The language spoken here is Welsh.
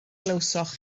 glywsoch